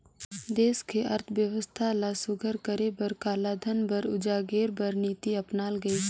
देस के अर्थबेवस्था ल सुग्घर करे बर कालाधन कर उजागेर बर नीति अपनाल गइस